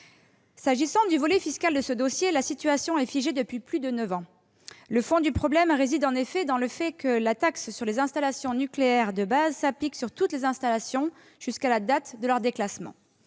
S'agissant du volet fiscal de ce dossier, la situation est figée depuis plus de neuf ans. Le fond du problème réside dans le fait que la taxe sur les installations nucléaires de base s'applique sur toutes les installations jusqu'à la date de leur déclassement.